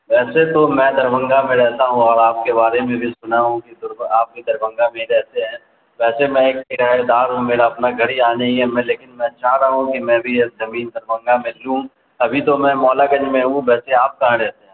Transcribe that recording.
ویسے تو میں دربھنگا میں رہتا ہوں اور آپ کے بارے میں بھی سنا ہوں کہ آپ بھی دربھنگا میں ہی رہتے ہیں ویسے میں ایک کرائدار ہوں میرا اپنا گھر یہاں نہیں ہے میں لیکن میں چاہ رہا ہوں کہ میں بھی ایک زمین دربھنگا میں لوں ابھی تو میں مولا گنج میں ہوں ویسے آپ کہاں رہتے ہیں